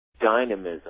dynamism